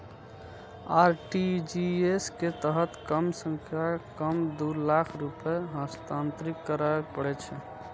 RTGS के तहत कम सं कम दू लाख रुपैया हस्तांतरित करय पड़ै छै